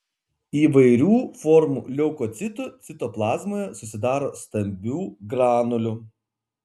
įvairių formų leukocitų citoplazmoje susidaro stambių granulių